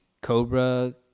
cobra